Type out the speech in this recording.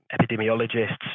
epidemiologists